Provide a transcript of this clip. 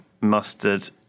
mustard